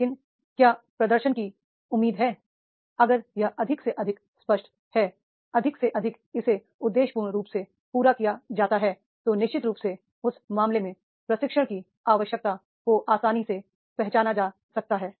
लेकिन क्या प्रदर्शन करने की उम्मीद है अगर यह अधिक से अधिक स्पष्ट है अधिक से अधिक इसे उद्देश्यपूर्ण रूप से पूरा किया जाता है तो निश्चित रूप से उस मामले में प्रशिक्षण की आवश्यकता को आसानी से पहचाना जा सकता है